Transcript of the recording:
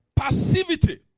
Passivity